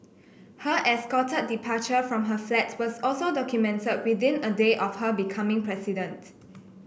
her escorted departure from her flat was also documented within a day of her becoming president